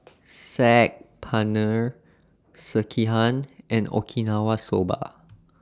Saag Paneer Sekihan and Okinawa Soba